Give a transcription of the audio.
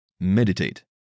Meditate